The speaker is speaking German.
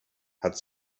hat